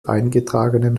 eingetragenen